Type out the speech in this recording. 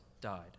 died